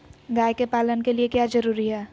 गाय के पालन के लिए क्या जरूरी है?